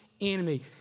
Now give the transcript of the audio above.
enemy